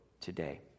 today